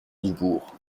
dubourg